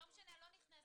אני ממשיכה